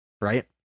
right